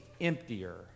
emptier